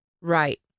right